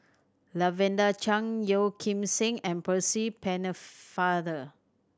Lavender Chang Yeo Kim Seng and Percy Pennefather